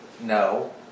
no